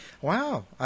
wow